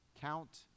count